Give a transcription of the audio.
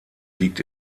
liegt